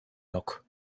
yok